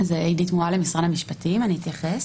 אני אתייחס.